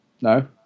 No